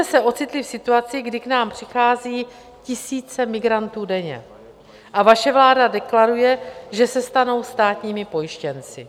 My jsme se ocitli v situaci, kdy k nám přichází tisíce migrantů denně, a vaše vláda deklaruje, že se stanou státními pojištěnci.